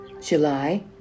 July